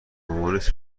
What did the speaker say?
مامانش